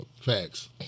facts